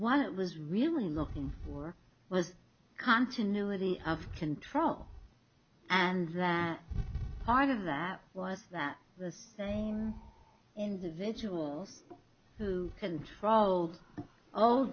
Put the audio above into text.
one it was really looking for was continuity of control and land part of that was that the same individuals who control